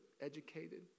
educated